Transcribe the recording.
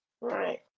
Right